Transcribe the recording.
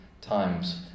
times